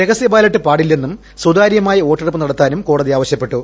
രഹസ്യബാലറ്റ് പാടില്ലെന്നും സുതാര്യമായ വോട്ടെടുപ്പ് നടത്താനും കോടതി ആവശ്യപ്പെട്ടു